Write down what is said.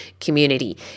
community